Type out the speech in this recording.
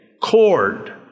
cord